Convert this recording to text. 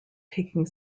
taking